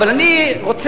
אבל אני רוצה,